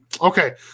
okay